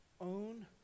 own